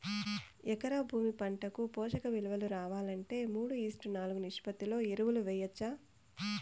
ఎకరా భూమి పంటకు పోషక విలువలు రావాలంటే మూడు ఈష్ట్ నాలుగు నిష్పత్తిలో ఎరువులు వేయచ్చా?